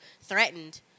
threatened